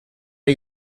you